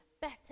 better